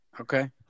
Okay